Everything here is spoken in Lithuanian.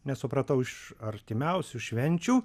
nesupratau iš artimiausių švenčių